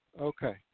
Okay